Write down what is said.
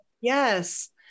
Yes